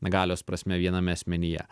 galios prasme viename asmenyje